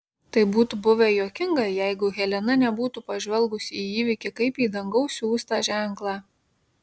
tai būtų buvę juokinga jeigu helena nebūtų pažvelgus į įvykį kaip į dangaus siųstą ženklą